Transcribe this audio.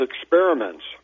experiments